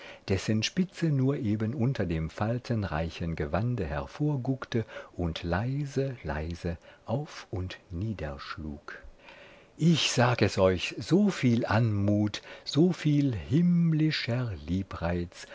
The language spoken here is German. dessen spitze nur eben unter dem faltenreichen gewande hervorguckte und leise leise auf und niederschlug ich sag es euch so viel anmut so viel himmlischer liebreiz